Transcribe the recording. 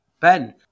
Ben